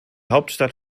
hauptstadt